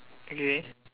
okay